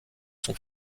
sont